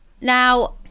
now